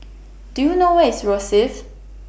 Do YOU know Where IS Rosyth